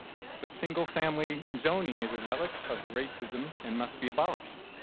but single-family zoning is a relic of racism and must be abolished.